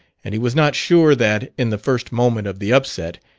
and he was not sure that, in the first moment of the upset,